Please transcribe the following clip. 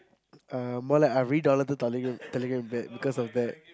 uh more like I really don't want to download tele~ telegram back because of that